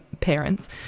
parents